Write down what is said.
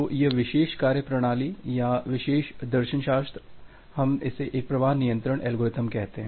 तो यह विशेष कार्यप्रणाली या यह विशेष दर्शनशास्र हम इसे एक प्रवाह नियंत्रण एल्गोरिदम कहते हैं